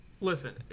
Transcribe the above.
Listen